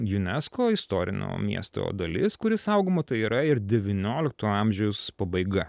unesco istorinio miesto dalis kuri saugoma tai yra ir devyniolikto amžiaus pabaiga